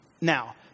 now